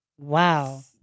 Wow